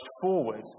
forward